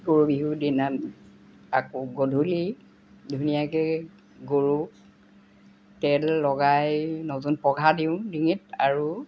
গৰু বিহুৰ দিনা আকৌ গধূলি ধুনীয়াকৈ গৰু তেল লগাই নতুন পঘা দিওঁ ডিঙিত আৰু